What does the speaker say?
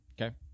Okay